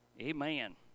Amen